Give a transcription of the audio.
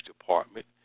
department